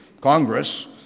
Congress